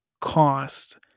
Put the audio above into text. cost